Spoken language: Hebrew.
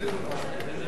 איזה